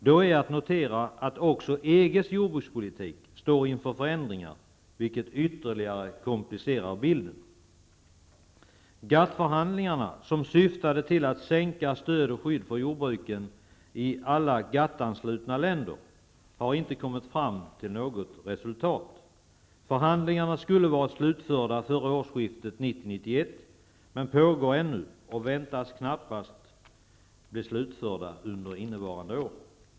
Det är då att notera att också EG:s jordbrukspolitik står inför förändringar, vilket ytterligare komplicerar bilden. GATT-förhandlingarna, vilka syftade till att sänka stöd och skydd för jordbruken i alla GATT anslutna länder, har inte nått fram till något resultat. Förhandlingarna skulle varit slutförda före årsskiftet 1990-1991 men pågår ännu och förväntas knappast bli slutförda under innevarande år.